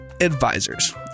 advisors